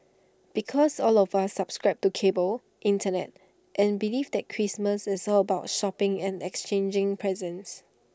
because all of us subscribe to cable Internet and belief that Christmas is all about shopping and exchanging presents